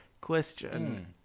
question